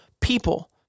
people